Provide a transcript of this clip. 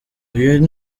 uyu